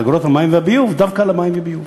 אגרות המים והביוב דווקא למים ולביוב,